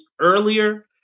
earlier